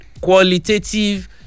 qualitative